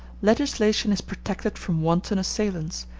legislation is protected from wanton assailants,